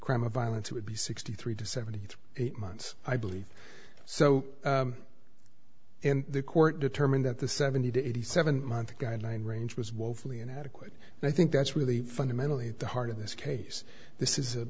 crime of violence it would be sixty three to seventy eight months i believe so and the court determined that the seventy to eighty seven month guideline range was woefully inadequate and i think that's really fundamentally at the heart of this case this is